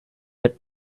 but